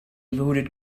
voted